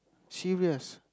serious